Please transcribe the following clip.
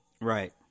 Right